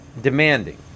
demanding